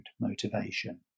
motivation